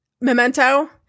memento